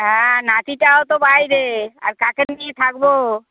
হ্যাঁ নাতিটাও তো বাইরে আর কাকে নিয়ে থাকবো